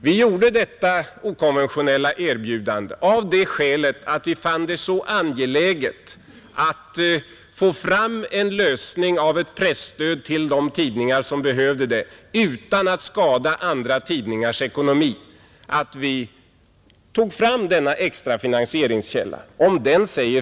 Vi gjorde detta okonventionella erbjudande av det skälet att vi fann det angeläget att få fram en lösning av frågan om ett presstöd till de tidningar som behöver ett sådant utan att skada andra tidningars ekonomi — vi fann det vara så angeläget att vi tog fram denna extra finansieringskälla.